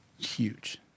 Huge